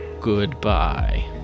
goodbye